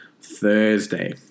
Thursday